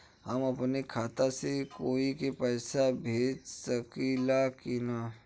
हम अपने खाता से कोई के पैसा भेज सकी ला की ना?